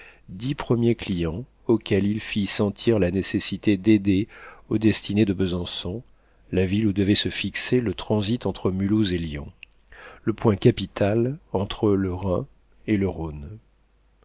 dix premiers clients auxquels il fit sentir la nécessité d'aider aux destinées de besançon la ville où devait se fixer le transit entre mulhouse et lyon le point capital entre le rhin et le rhône